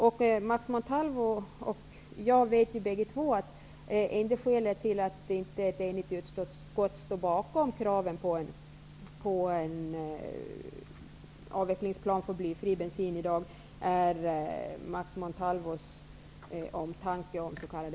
Både Max Montalvo och jag vet ju att det enda skälet till att inte ett enigt utskott står bakom kravet på en avvecklingsplan för blyad bensin i dag är Max Montalvos omtanke om s.k.